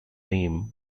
name